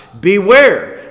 Beware